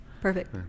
Perfect